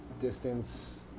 distance